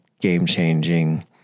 game-changing